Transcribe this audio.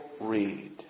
read